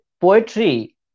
poetry